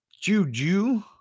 Juju